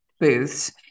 booths